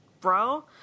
bro